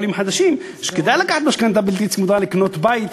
כעולים חדשים שכדאי לקחת משכנתה בלתי צמודה לקנות בית,